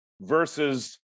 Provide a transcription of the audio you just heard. versus